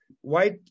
white